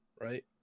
right